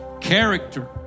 character